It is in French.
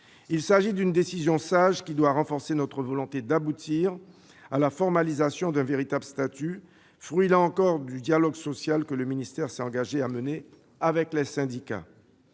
Il s'agit d'une décision sage, qui doit renforcer notre volonté d'aboutir à la formalisation d'un véritable statut, lequel sera le fruit, là encore, du dialogue social que le ministère s'est engagé à mener avec les syndicats.